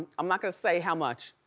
i'm not gonna say how much,